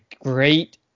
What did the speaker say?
great